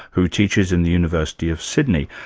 who teaches in the university of sydney.